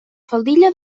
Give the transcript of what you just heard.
faldilla